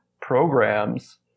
programs